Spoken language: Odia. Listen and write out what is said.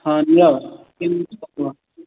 ହଁ ନିଅ